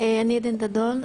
אני עדן דדון,